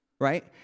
right